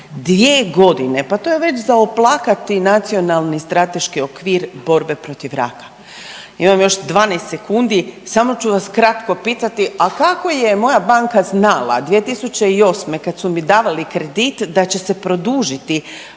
dvije godine. Pa to je već za oplakati Nacionalni strateški okvir borbe protiv raka. Imam još 12 sekundi. Samo ću vas kratko pitati. A kako je moja banka znala 2008. kada su mi davali kredit da će se produžiti